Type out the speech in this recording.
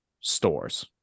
stores